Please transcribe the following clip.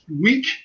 week